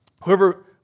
Whoever